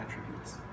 attributes